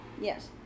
Yes